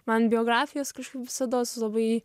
man biografijos kažkaip visados labai